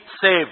saved